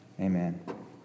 Amen